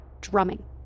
drumming